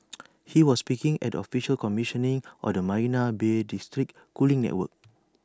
he was speaking at the official commissioning of the marina Bay's district cooling network